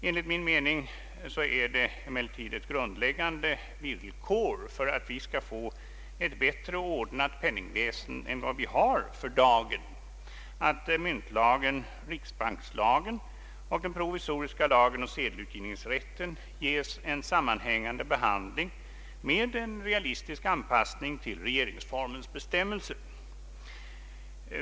Enligt min mening är emellertid ett grundläggande villkor för att vi skall få ett bättre ordnat penningväsende än vi har för dagen att myntlagen, riksbankslagen och den provisoriska lagen om sedelutgivningsrätten ges en sammanhängande behandling med en realistisk anpassning till regeringsformens bestämmelser.